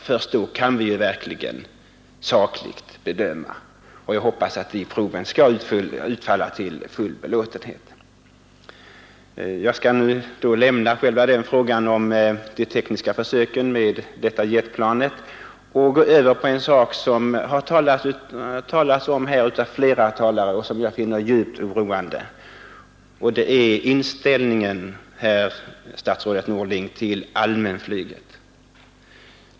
Först då kan vi verkligen sakligt bedöma frågan, och jag hoppas att proven skall utfalla till full belåtenhet. Jag skall lämna frågan om de tekniska försöken med jetplanet och gå över till en sak som flera talare dragit upp och som jag finner djupt oroande, nämligen inställningen till allmänflyget.